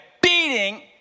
beating